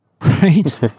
Right